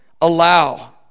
allow